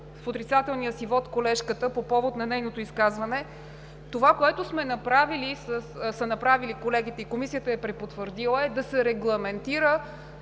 в отрицателния си вот колежката по повод нейното изказване. Това, което са направили колегите и Комисията е препотвърдила, е да се регламентира